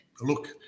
Look